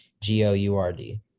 g-o-u-r-d